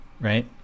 right